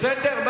בסדר.